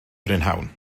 prynhawn